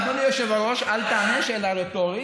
אדוני היושב-ראש, אל תענה, שאלה רטורית.